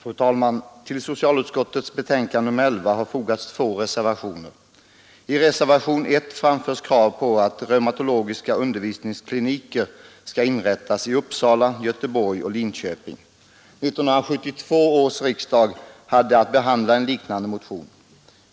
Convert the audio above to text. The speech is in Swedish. Fru talman! Vid socialutskottets betänkande nr 11 har fogats två reservationer. I reservationen 1 framförs krav på att reumatologiska undervisningskliniker skall inrättas i Uppsala, Göteborg och Linköping. 1972 års riksdag hade att behandla en liknande motion.